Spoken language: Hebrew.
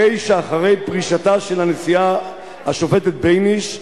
הרי שאחרי פרישתה של הנשיאה השופטת בייניש,